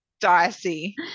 dicey